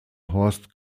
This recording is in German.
horst